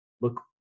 look